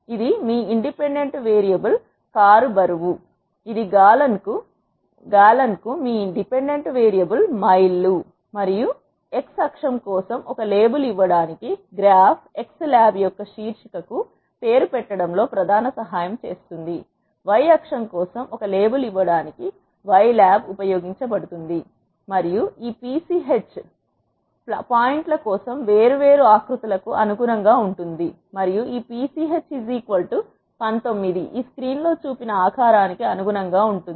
ఇది మీ స్వతంత్ర వేరియబుల్ కారు బరువు ఇది గాలెన్ కు మీ డిపెండెంట్ వేరియబుల్ మైళ్ళు మరియు x అక్షం కోసం ఒక లే బుల్ ఇవ్వడానికి గ్రాఫ్ x ల్యాబ్ యొక్క శీర్షిక కు పేరు పెట్టడములో ప్రధాన సహాయం చేస్తుంది y అక్షం కోసం ఒక లే బుల్ ఇవ్వడానికి y ల్యాబ్ ఉపయోగించబడుతుంది మరియు ఈ pch పాయింట్ కోసం వేర్వేరు ఆకృతులకు అనుగుణంగా ఉంటుంది మరియు ఈ pch 19 ఈ స్క్రీన్లో చూపిన ఆకారానికి అనుగుణంగా ఉంటుంది